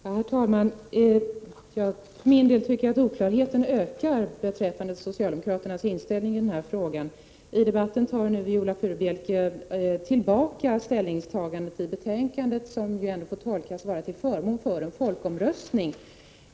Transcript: Herr talman! Jag för min del tycker att oklarheten ökar beträffande socialdemokraternas inställning i denna fråga. I debatten tar nu Viola Furubjelke tillbaka ställningstagandet i betänkandet, som ändå får tolkas vara till förmån för en folkomröstning.